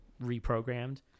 reprogrammed